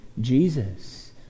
Jesus